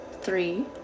Three